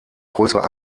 größere